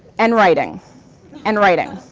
and writing and writing,